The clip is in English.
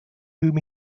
whom